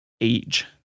age